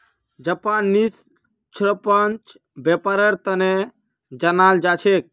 Japan निष्पक्ष व्यापारेर तने जानाल जा छेक